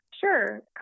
Sure